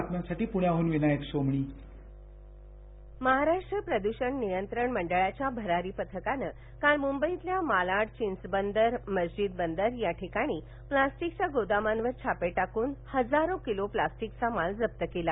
मंदई महाराष्ट्र प्रदूषण नियंत्रण मंडळाच्या भरारी पथकानं काल मुंबईतील मालाड चिंचबंदर मस्जिद बंदर या ठिकाणी प्लास्टिकच्या गोदामांवर छापे टाकून हजारो किलो प्लास्टिकचा माल जप्त केला